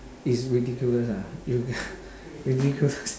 is ridiculous ah you ridiculous